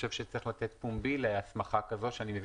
צריך לתת פומבי להסמכה כזאת שאני מבין